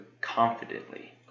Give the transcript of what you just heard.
confidently